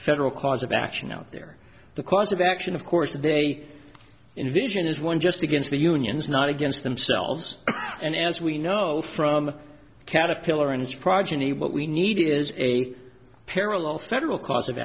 federal cause of action out there the cause of action of course they envision is one just against the unions not against themselves and as we know from caterpillar and its progeny what we need is a parallel federal cause of